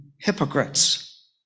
hypocrites